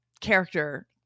character